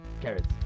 Carrots